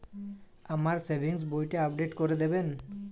আমার সেভিংস বইটা আপডেট করে দেবেন?